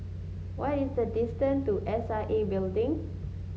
what is the distance to S I A Building